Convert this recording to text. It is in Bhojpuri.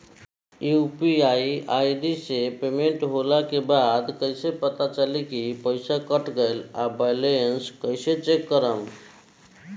यू.पी.आई आई.डी से पेमेंट होला के बाद कइसे पता चली की पईसा कट गएल आ बैलेंस कइसे चेक करम?